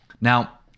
Now